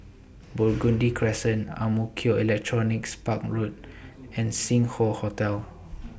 Burgundy Crescent Ang Mo Kio Electronics Park Road and Sing Hoe Hotel